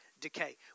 decay